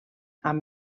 amb